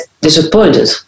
disappointed